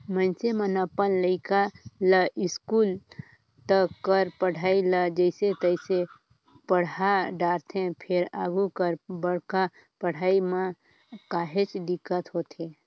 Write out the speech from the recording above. मइनसे मन अपन लइका ल इस्कूल तक कर पढ़ई ल जइसे तइसे पड़हा डारथे फेर आघु कर बड़का पड़हई म काहेच दिक्कत होथे